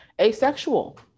asexual